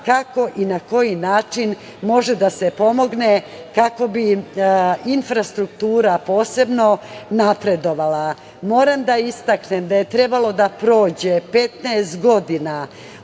kako i na koji način može da se pomogne kako bi infrastruktura posebno napredovala. Moram da istaknem da je trebalo da prođe 15 godina